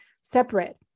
separate